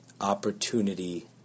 Opportunity